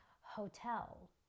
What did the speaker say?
Hotel